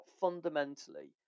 fundamentally